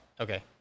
Okay